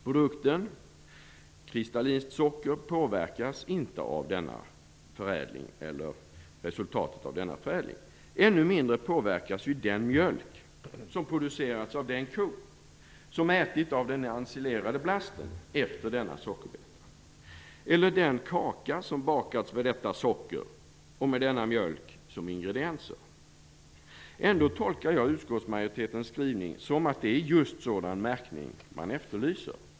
Produkten kristalliniskt socker påverkas inte av resultatet av denna förädling. Ännu mindre påverkas den mjölk som producerats av den ko som ätit av den ensilerade blasten efter denna sockerbeta, eller den kaka som bakats med detta socker och med denna mjölk som ingredienser. Ändå tolkar jag utskottsmajoritetens skrivning som att det är just sådan märkning man efterlyser.